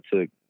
took